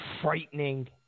frightening